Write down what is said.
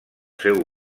seu